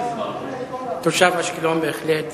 תושב אשקלון, בהחלט.